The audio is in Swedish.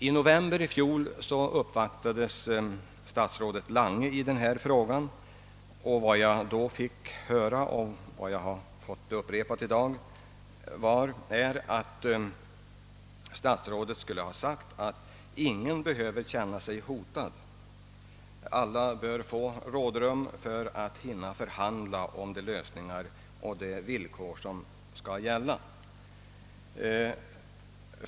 I november i fjol uppvaktades statsrådet Lange i denna fråga och enligt vad jag tidigare fått höra från detta tillfälle — och det har upprepats i dag — skulle statsrådet ha uttalat att ingen behövde känna sig hotad utan alla bör få rådrum för att hinna förhandla om de lösningar och de villkor som skall gälla.